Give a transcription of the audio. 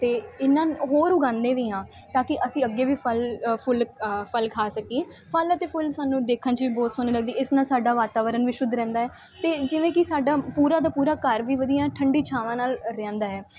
ਅਤੇ ਇਹਨਾਂ ਹੋਰ ਉਗਾਉਂਦੇ ਵੀ ਹਾਂ ਤਾਂ ਕਿ ਅਸੀਂ ਅੱਗੇ ਵੀ ਫਲ ਫੁੱਲ ਫਲ ਖਾ ਸਕੀਏ ਫਲ ਅਤੇ ਫੁੱਲ ਸਾਨੂੰ ਦੇਖਣ 'ਚ ਵੀ ਬਹੁਤ ਸੋਹਣੇ ਲੱਗਦੇ ਇਸ ਨਾਲ ਸਾਡਾ ਵਾਤਾਵਰਨ ਵੀ ਸ਼ੁੱਧ ਰਹਿੰਦਾ ਹੈ ਅਤੇ ਜਿਵੇਂ ਕਿ ਸਾਡਾ ਪੂਰਾ ਦਾ ਪੂਰਾ ਘਰ ਵੀ ਵਧੀਆ ਠੰਡੀ ਛਾਵਾਂ ਨਾਲ ਰਹਿੰਦਾ ਹੈ